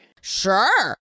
Sure